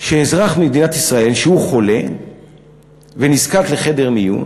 שאזרח במדינת ישראל, שהוא חולה ונזקק לחדר מיון,